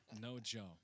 No-Joe